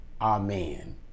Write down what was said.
Amen